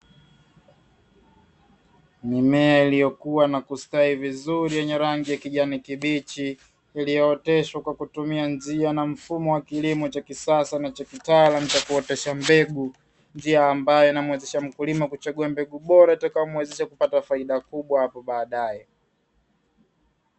Mimea iliyokuwa na kustawi vizuri yenye rangi ya kijani kibichi, iliyooteshwa kutumia njia na mfumo wa kilimo cha kisasa na cha kitaalamu cha kuotesha mbegu, njia amboyo inayomuwezesha mkulima kuchagua mbegu bora itaakayomuwezesha kupata faida kubwa hapo baadae.